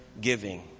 giving